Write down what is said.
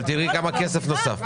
אבל תראי כמה כסף נוסף פה, יעל.